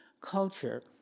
culture